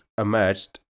emerged